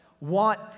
want